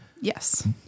Yes